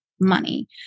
money